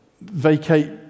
vacate